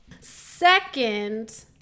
Second